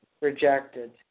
Rejected